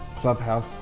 Clubhouse